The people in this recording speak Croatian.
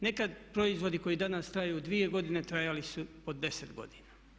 Nekad proizvodi koji danas traju dvije godine trajali su po deset godina.